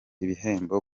ibihembo